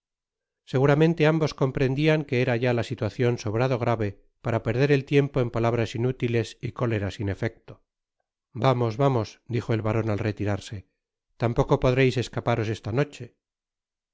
seguramente ambos comprendian que era ya la situacion sobrado grave para perder el tiempo en palabras nútiles y cólera sin efecto vamos vamos dijo el baron al retirarse tampoco podreis escaparos esta noche